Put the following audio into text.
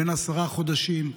בן עשרה חודשים,